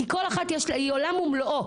כי כל אחת היא עולם ומלואו.